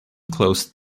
closed